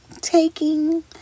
taking